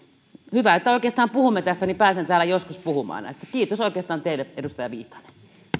hyvä että puhumme tästä niin pääsen täällä joskus puhumaan näistä kiitos oikeastaan teille edustaja viitanen